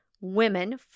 women